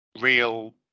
real